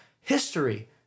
history